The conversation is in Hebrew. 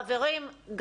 חברים,